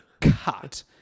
cut